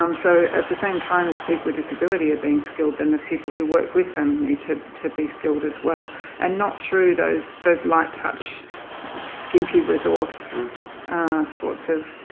um so at the same time as people with disability are being skilled, then the people who work with them need to to be skilled as well and not through those those light-touch skimpy resource sorts of